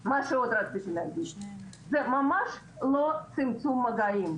מה שעוד רציתי להגיד, זה ממש לא צמצום מגעים,